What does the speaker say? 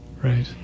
Right